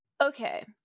Okay